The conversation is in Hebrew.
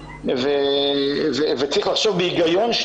וצריך לחשוב בהיגיון.